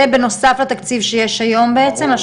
זה בנוסף לתקציב שיש היום בעצם?